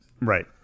Right